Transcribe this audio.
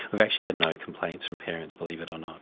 i've actually had no complaints from parents, believe it or not.